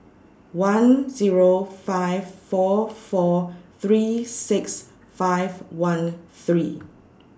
one Zero five four four three six five one three